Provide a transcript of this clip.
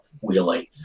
Wheeling